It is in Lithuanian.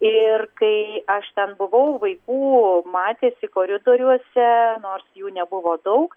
ir kai aš ten buvau vaikų matėsi koridoriuose nors jų nebuvo daug